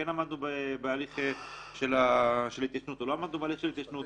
עמדנו בהליך של ההתיישנות או לא עמדנו בהליך של ההתיישנות,